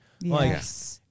Yes